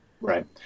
Right